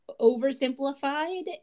oversimplified